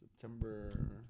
September